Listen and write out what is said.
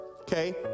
okay